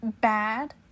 bad